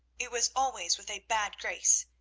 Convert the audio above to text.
it was always with a bad grace,